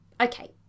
okay